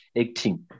acting